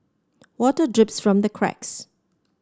water drips from the cracks